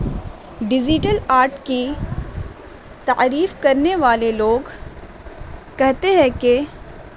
digital art کی تعریف کرنے والے لوگ کہتے ہیں کہ